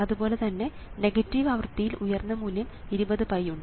അതുപോലെ തന്നെ നെഗറ്റീവ് ആവൃത്തിയിൽ ഉയർന്ന മൂല്യം 20𝜋 ഉണ്ട്